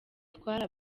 twari